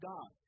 God